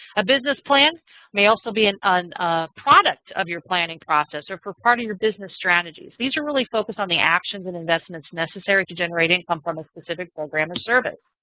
a business plan may also be and a product of your planning process, or for part of your business strategies. these are really focused on the actions and investments necessary to generate income from a specific program or service.